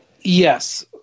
Yes